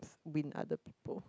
win other people